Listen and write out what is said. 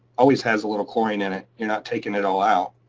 always has a little chlorine in it. you're not taking it all out.